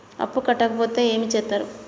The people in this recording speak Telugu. అప్పు కట్టకపోతే ఏమి చేత్తరు?